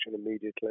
immediately